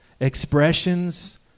Expressions